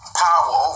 power